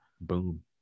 Boom